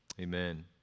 Amen